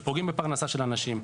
שפוגעים בפרנסה של אנשים,